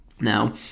Now